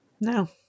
No